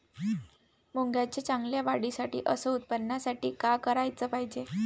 मुंगाच्या चांगल्या वाढीसाठी अस उत्पन्नासाठी का कराच पायजे?